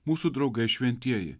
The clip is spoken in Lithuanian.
mūsų draugai šventieji